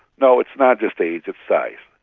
no, it's not just age, it's size.